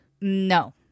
No